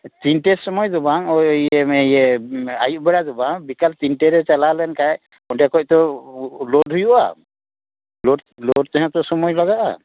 ᱛᱤᱱᱴᱮ ᱥᱚᱢᱚᱭ ᱫᱚ ᱵᱟᱝ ᱳᱭ ᱤᱭᱟᱹ ᱟᱭᱩᱵ ᱵᱮᱟᱲ ᱫᱚ ᱵᱟᱝ ᱵᱤᱠᱟᱞ ᱛᱤᱱᱴᱮ ᱨᱮ ᱪᱟᱞᱟᱣ ᱞᱮᱱᱠᱷᱟᱱ ᱚᱸᱰᱮ ᱠᱷᱚᱱ ᱛᱚ ᱞᱳᱰ ᱦᱩᱭᱩᱜᱼᱟ ᱞᱳᱰ ᱛᱮᱦᱚᱸ ᱛᱚ ᱥᱚᱢᱚᱭ ᱞᱟᱜᱟᱜᱼᱟ